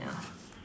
ya